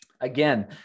again